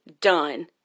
done